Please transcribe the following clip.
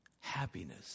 happiness